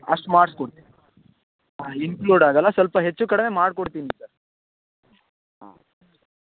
ಅಷ್ಟು ಮಾಡ್ಸ್ಕೊಡ್ತೀನಿ ಇನ್ಕ್ಲೂಡ್ ಆಗೋಲ್ಲ ಸ್ವಲ್ಪ ಹೆಚ್ಚು ಕಡಿಮೆ ಮಾಡ್ಕೊಡ್ತೀನಿ ಸರ್ ಹಾಂ